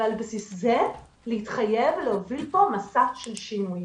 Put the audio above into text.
ועל בסיס זה להתחייב להוביל פה מסע של שינוי.